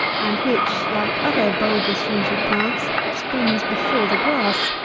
and which, like other bulbous-rooted plants, springs before the grass,